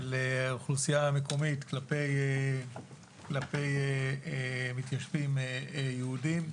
האוכלוסייה המקומית כלפי מתיישבים יהודים,